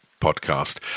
podcast